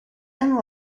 and